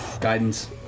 guidance